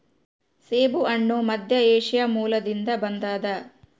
ಸೇಬುಹಣ್ಣು ಮಧ್ಯಏಷ್ಯಾ ಮೂಲದಿಂದ ಬಂದದ